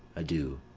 adieu,